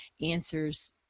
answers